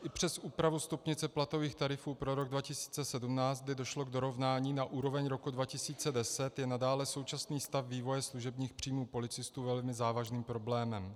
I přes úpravu stupnice platových tarifů pro rok 2017, kdy došlo k dorovnání na úroveň roku 2010, je nadále současný stav vývoje služebních příjmů policistů velmi závažným problémem.